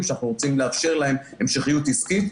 שאנחנו רוצים לאפשר להם המשכיות עסקית.